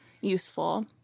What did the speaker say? useful